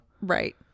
Right